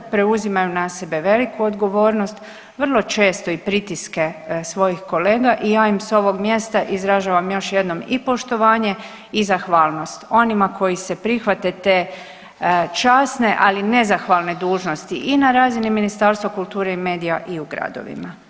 Preuzimaju na sebe veliku odgovornost, vrlo često i pritiske svojih kolega i ja im s ovog mjesta izražavam još jednom i poštovanje i zahvalnost onima koji se prihvate te časne, ali nezahvalne dužnosti i na razini Ministarstva kulture i medija i u gradovima.